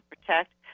protect